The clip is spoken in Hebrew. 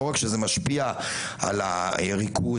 לא רק שזה משפיע על הריכוז,